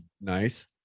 nice